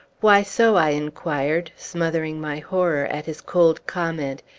why so? i inquired, smothering my horror at his cold comment,